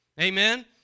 Amen